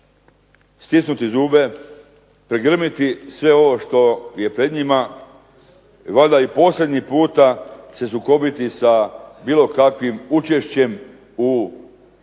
stisnuti zube, pregrmiti sve ovo što je pred njima, valjda i posljednji puta se sukobiti sa bilo kakvim učešćem u opstanku